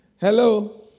Hello